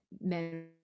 men